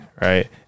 right